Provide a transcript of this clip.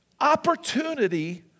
Opportunity